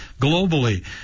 globally